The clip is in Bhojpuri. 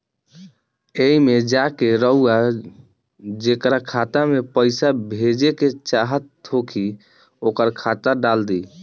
एईमे जा के रउआ जेकरा खाता मे पईसा भेजेके चाहत होखी ओकर खाता डाल दीं